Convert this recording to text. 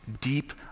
deep